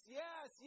yes